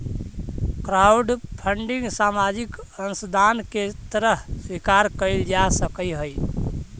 crowdfunding सामाजिक अंशदान के तरह स्वीकार कईल जा सकऽहई